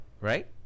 right